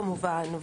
כמובן,